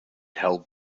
held